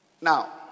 Now